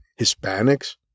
Hispanics